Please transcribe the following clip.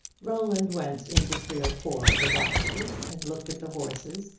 roland went into three or four of the boxes, and looked at the horses,